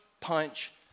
punch